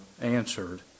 answered